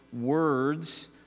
words